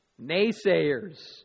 naysayers